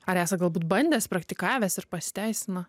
ar esat galbūt bandęs praktikavęs ir pasiteisino